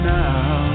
now